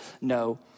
no